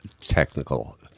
technical